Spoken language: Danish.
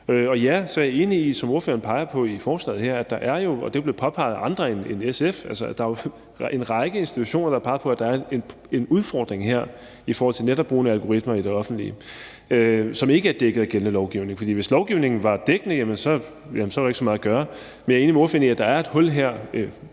Og ja, så er jeg enig i, som ordføreren peger på i forslaget her, at der jo er, og det er blevet påpeget af andre end SF, en række institutioner, der peger på, at der er en udfordring her i forhold til netop brugen af algoritmer i det offentlige, som ikke er dækket af gældende lovgivning. For hvis lovgivningen var dækkende, var der ikke så meget at gøre, men jeg er enig med ordføreren i, at der er et hul her,